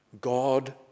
God